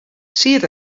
siet